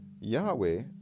Yahweh